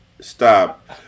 stop